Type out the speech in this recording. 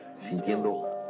sintiendo